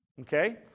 okay